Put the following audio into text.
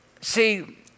see